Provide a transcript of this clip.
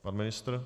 Pan ministr?